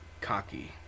cocky